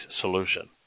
solution